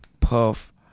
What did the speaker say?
puff